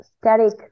static